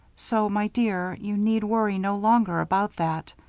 so, my dear, you need worry no longer about that.